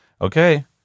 Okay